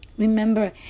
Remember